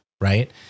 right